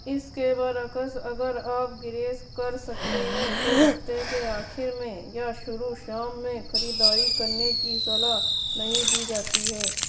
اس کے برعکس اگر آپ گریز کر سکتے ہیں تو ہفتے کے آخر میں یا شروع شام میں خریداری کرنے کی صلاح نہیں دی جاتی ہے